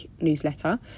newsletter